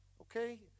okay